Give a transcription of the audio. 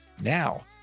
Now